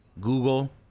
Google